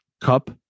Cup